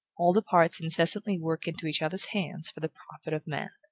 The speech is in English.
all the parts incessantly work into each other's hands for the profit of man.